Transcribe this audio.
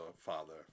father